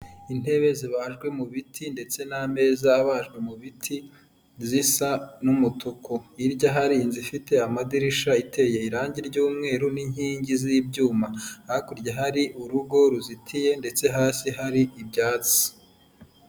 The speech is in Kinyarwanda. Intebe zibajwe mu biti ndetse n'ameza abajwe mu biti zisa n'umutuku. Hirya hari inzu ifite amadirishya iteye irangi ry'umweru n'inkingi z'ibyuma. Hakurya hari urugo ruzitiye ndetse hasi hari ibyatsi.